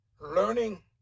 learning